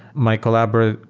my collaborator,